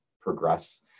progress